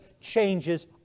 changes